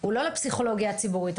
הוא לא לפסיכולוגיה הציבורית.